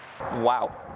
Wow